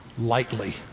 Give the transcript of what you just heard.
lightly